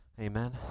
amen